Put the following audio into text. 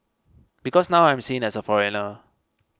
because now I'm seen as a foreigner